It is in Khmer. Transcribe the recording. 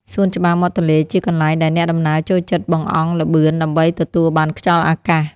សួនច្បារមាត់ទន្លេជាកន្លែងដែលអ្នកដំណើរចូលចិត្តបង្អង់ល្បឿនដើម្បីទទួលបានខ្យល់អាកាស។